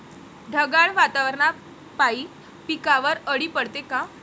ढगाळ वातावरनापाई पिकावर अळी पडते का?